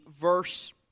verse